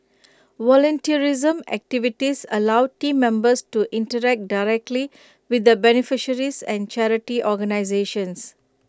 volunteerism activities allow Team Members to interact directly with the beneficiaries and charity organisations